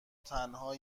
تنها